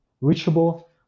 reachable